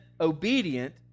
obedient